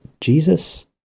jesus